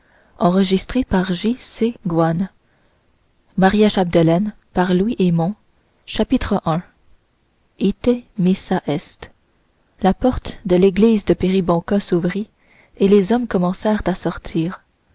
maria chapdelaine louis hémon chapitre i ite missa est la porte de l'église de péribonka s'ouvrit et les hommes commencèrent à sortir